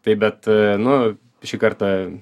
taip bet nu šį kartą